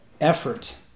effort